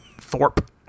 Thorpe